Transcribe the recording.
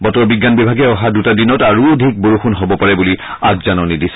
বতৰ বিজ্ঞান বিভাগে অহা দুটা দিনত আৰু অধিক বৰষুণ হ'ব পাৰে বুলি আগজাননী দিছে